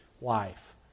life